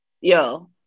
yo